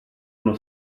uno